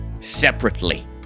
separately